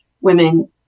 women